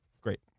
Great